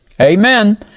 Amen